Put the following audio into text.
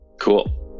Cool